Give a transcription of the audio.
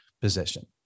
position